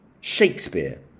Shakespeare